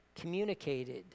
communicated